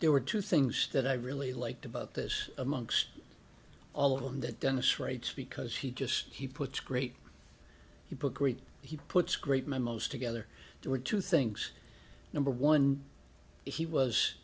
there were two things that i really liked about this amongst all of them that denis writes because he just he puts great people great he puts great men most together there are two things number one he was